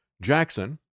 Jackson